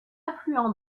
affluent